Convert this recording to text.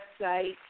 website